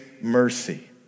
Mercy